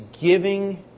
giving